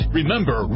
Remember